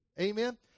Amen